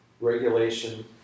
regulation